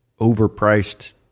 overpriced